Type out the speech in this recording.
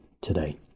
today